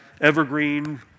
Evergreen